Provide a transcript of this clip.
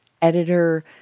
editor